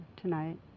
tonight